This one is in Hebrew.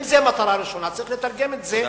אם זו מטרה ראשונה, צריך לתרגם את זה.